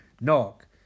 knock